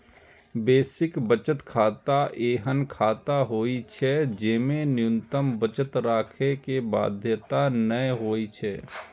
basic बचत खाता एहन खाता होइ छै, जेमे न्यूनतम बचत राखै के बाध्यता नै होइ छै